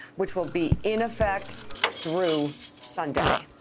which will be in effect through sunday.